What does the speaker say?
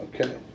okay